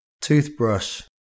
toothbrush